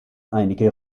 einige